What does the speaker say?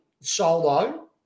solo